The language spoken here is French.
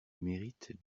mérites